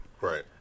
Right